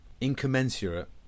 incommensurate